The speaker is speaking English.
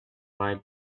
lied